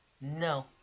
no